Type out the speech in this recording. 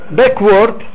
backward